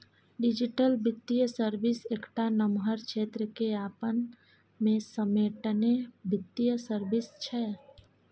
digital बित्तीय service एकटा नमहर क्षेत्र केँ अपना मे समेटने बित्तीय सर्विस छै